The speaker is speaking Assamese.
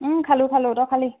খালোঁ খালোঁ তই খালি